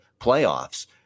playoffs